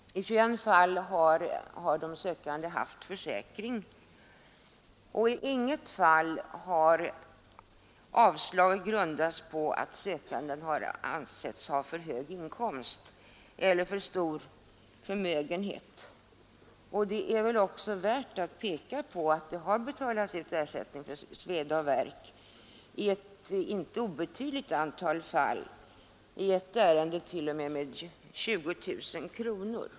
I 21 fall har de sökande haft försäkring, och i inget fall har avslag grundats på att sökanden ansetts ha haft för hög inkomst eller för stor förmögenhet. Det är väl också värt att peka på att det har betalats ut ersättning för sveda och värk i ett inte obetydligt antal fall — i ett ärende t.o.m. 20 000 kronor.